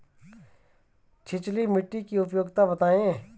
छिछली मिट्टी की उपयोगिता बतायें?